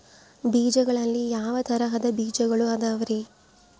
ಬೇಜಗಳಲ್ಲಿ ಯಾವ ತರಹದ ಬೇಜಗಳು ಅದವರಿ?